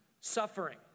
suffering